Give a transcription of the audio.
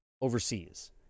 overseas